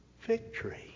victory